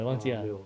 啊没有